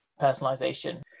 personalization